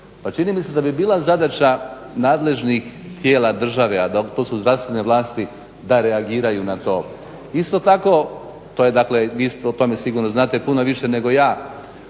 pa čini mi se da bi bila zadaća nadležnih tijela države, a to su zdravstvene vlasti da reagiraju na to. Isto tako to je dakle o tome sigurno znate puno više nego ja,